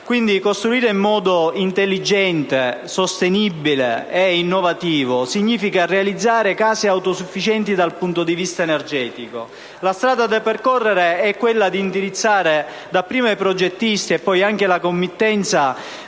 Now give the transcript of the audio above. Costruire in modo intelligente, sostenibile e innovativo significa quindi realizzare case autosufficienti dal punto di vista energetico. La strada da percorrere, è quella di indirizzare dapprima i progettisti e poi anche la committenza